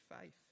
faith